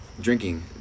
drinking